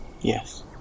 Yes